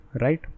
right